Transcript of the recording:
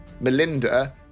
Melinda